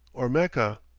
or mecca.